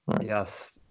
Yes